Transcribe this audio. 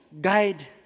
guide